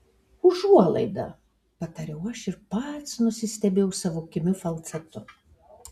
užuolaida patariau aš ir pats nusistebėjau savo kimiu falcetu